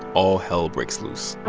all hell breaks loose